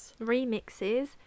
Remixes